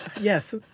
Yes